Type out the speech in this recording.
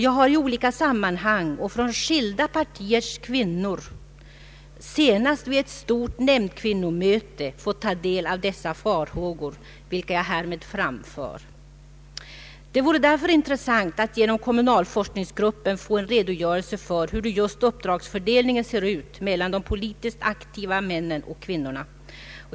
Jag har i olika sammanhang och från skilda partiers kvinnor, senast vid ett stort nämndkvinnomöte, fått ta del av dessa farhågor, vilka jag härmed framför. Det vore därför intressant att genom kommunalforskningsgruppen få en redogörelse för hur just uppdragsfördelningen ser ut mellan de politiskt aktiva männen och kvinnorna.